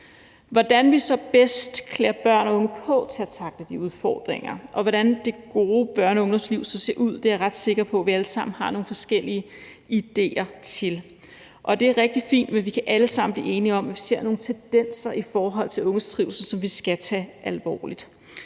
Hvordan vi så bedst klæder børn og unge på til at tackle de udfordringer, og hvordan det gode børne- og ungdomsliv så skal se ud, er jeg ret sikker på vi alle sammen har nogle forskellige idéer til. Det er rigtig fint, men vi kan alle sammen blive enige om, at vi ser nogle tendenser i forhold til unges trivsel, som vi skal tage alvorligt.